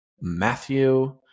Matthew